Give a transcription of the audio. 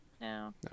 No